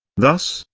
thus,